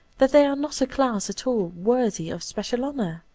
that they are not a class at all worthy of special honor.